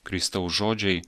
kristaus žodžiai